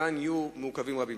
ועדיין יהיו מעוכבים רבים.